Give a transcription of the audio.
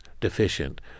deficient